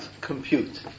compute